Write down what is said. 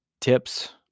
tips